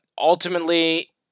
Ultimately